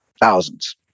thousands